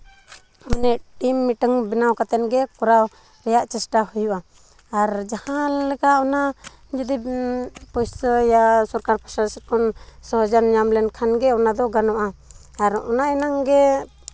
team ᱢᱤᱫᱴᱟᱝ ᱠᱚᱨᱟᱣ ᱠᱟᱛᱮ ᱜᱮ ᱠᱚᱨᱟᱣ ᱨᱮᱭᱟᱜ ᱪᱮᱥᱴᱟ ᱦᱩᱭᱩᱜᱼᱟ ᱟᱨ ᱡᱟᱦᱟᱸ ᱞᱮᱠᱟ ᱚᱱᱟ ᱡᱩᱫᱤ ᱯᱩᱭᱥᱟᱹᱭᱟ ᱥᱚᱨᱠᱟᱨ ᱯᱟᱥᱴᱟ ᱥᱮᱡ ᱠᱷᱚᱱ ᱥᱟᱦᱟᱡᱽᱡᱚ ᱧᱟᱢ ᱞᱮᱠᱷᱟᱱ ᱜᱮ ᱚᱱᱟᱫᱚ ᱜᱟᱱᱚᱜᱼᱟ ᱟᱨ ᱚᱱᱟ ᱮᱱᱟᱝ ᱜᱮ